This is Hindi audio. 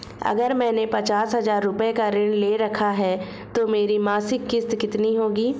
अगर मैंने पचास हज़ार रूपये का ऋण ले रखा है तो मेरी मासिक किश्त कितनी होगी?